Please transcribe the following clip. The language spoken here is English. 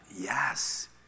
Yes